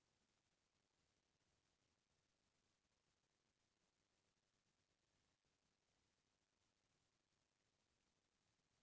जेन मनसे ह भारत के कुकरी के नसल ल पोसना चाही वोला इहॉं के नसल के जानकारी जरूरी हे